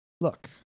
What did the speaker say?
Look